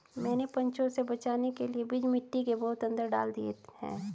मैंने पंछियों से बचाने के लिए बीज मिट्टी के बहुत अंदर डाल दिए हैं